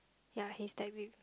ya he's that wheel